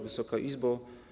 Wysoka Izbo!